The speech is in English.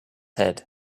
head